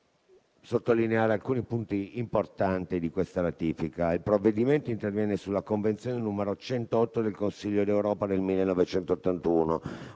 di sottolineare alcuni punti importanti di questa ratifica. Il provvedimento interviene sulla Convenzione n. 108 del 1981 del Consiglio d'Europa, ed è